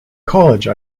college